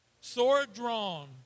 sword-drawn